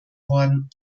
worden